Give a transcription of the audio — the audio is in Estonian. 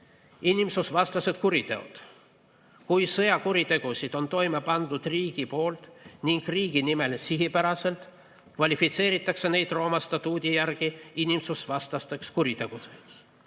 inimsusevastased kuriteod. Kui sõjakuritegusid on toime pandud riigi poolt ning riigi nimel sihipäraselt, kvalifitseeritakse neid Rooma statuudi järgi inimsusevastasteks kuritegudeks.